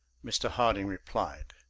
mr. harding replied.